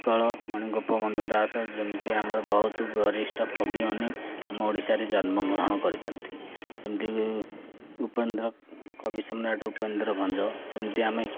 ଉତ୍କଳ ମଣିଗୋପବନ୍ଧୁ ଦାସ ଯେମିତି ଆମର ବହୁତ ବରିଷ୍ଟ କବି ଆମ ଓଡ଼ିଶାରେ ଜନ୍ମଗ୍ରହଣ କରିଛନ୍ତି ଯେମିତି ଉପେନ୍ଦ୍ର କବି ସମ୍ରାଟ ଉପେନ୍ଦ୍ର ଭଞ୍ଜ ଯେମିତି ଆମେ